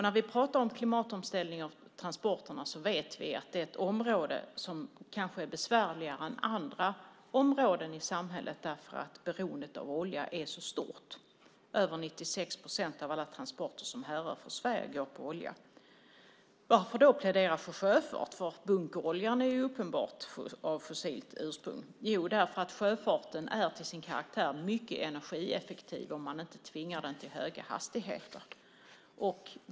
När vi pratar om klimatomställning av transporterna vet vi att det är ett område som kanske är besvärligare än andra områden i samhället därför att beroendet av olja är så stort. Över 96 procent av alla transporter som härrör från Sverige går på olja. Varför då plädera för sjöfart? Bunkeroljan är ju uppenbarligen av fossilt ursprung. Jo, därför att sjöfarten till sin karaktär är mycket energieffektiv om man inte tvingar den till höga hastigheter.